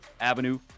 Avenue